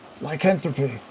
Lycanthropy